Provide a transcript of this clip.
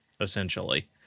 essentially